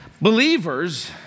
believers